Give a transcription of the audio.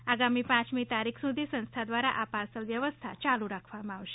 અને આગામી પ તારીખ સુધી આ સંસ્થા દ્વારા આ પાર્સલ વ્યવસ્થા શરૂ રાખવામાં આવશે